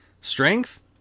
Strength